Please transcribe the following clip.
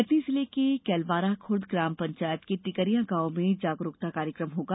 कटनी जिले के कैलवारा खूर्द ग्राम पेंचायत के टिकरिया गॉव में जनजागरूकता कार्यक्रम होगा